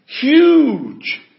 huge